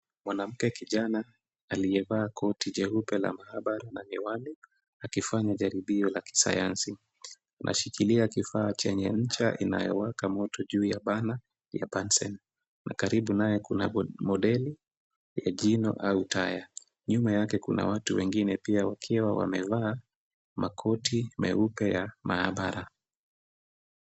Mwanamke kijana aliyevaa koti jeupe la maabara na miwani akifanya jaribio la kisayansi. Anashikilia kifaa chenye ncha inayowaka moto juu ya burner ya bunsen na karibu naye kuna modeli ya jina au taya. Nyuma yake kuna watu wengine pia wakiwa wamevaa makoti meupe ya maabara.